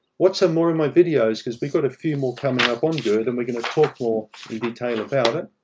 watch some more of my videos, because we've got a few more coming up on gerd, and we're going to talk more in detail about it.